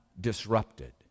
disrupted